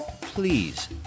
please